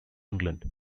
england